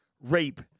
rape